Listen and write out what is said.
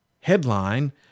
headline